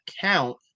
count